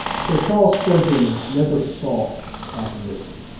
so charles spurgeon never sought controversy,